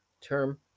term